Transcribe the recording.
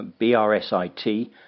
BRSIT